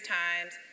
times